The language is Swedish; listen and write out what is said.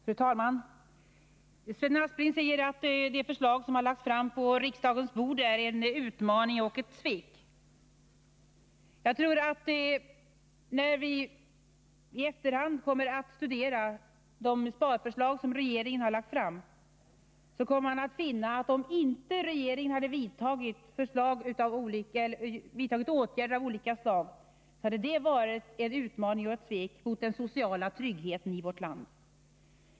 Fru talman! Sven Aspling säger att det förslag som här lagts på riksdagens bord är en utmaning och ett svek. Jag tror att vi när vi i efterhand kommer att studera de sparförslag som regeringen har lagt fram kommer att finna att det skulle ha varit en utmaning och ett svek mot den sociala tryggheten i vårt land, om regeringen inte hade vidtagit åtgärder av olika slag.